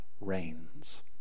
reigns